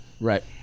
right